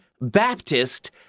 Baptist